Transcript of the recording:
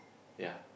ya